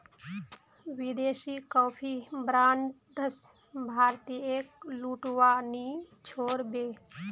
विदेशी coffee brands भारतीयेक लूटवा नी छोड़ बे